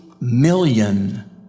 million